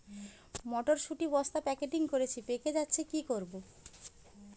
মটর শুটি বস্তা প্যাকেটিং করেছি পেকে যাচ্ছে কি করব?